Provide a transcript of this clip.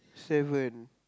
seven